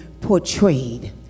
portrayed